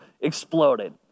exploded